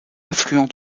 affluent